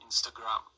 instagram